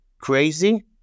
crazy